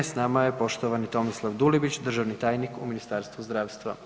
S nama je poštovani Tomislav Dulibić državni tajnik u Ministarstvu zdravstva.